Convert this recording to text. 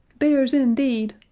bears, indeed,